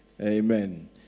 Amen